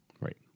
Right